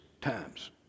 times